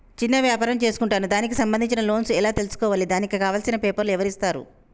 చిన్న వ్యాపారం చేసుకుంటాను దానికి సంబంధించిన లోన్స్ ఎలా తెలుసుకోవాలి దానికి కావాల్సిన పేపర్లు ఎవరిస్తారు?